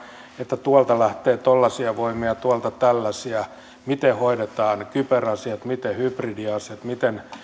että tuolta lähtee tuollaisia voimia tuolta tällaisia miten hoidetaan kyberasiat miten hybridiasiat miten